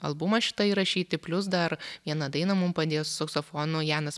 albumą šitą įrašyti plius dar vieną dainą mum padėjo su saksofonu janas